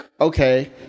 okay